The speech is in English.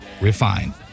refined